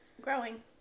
Growing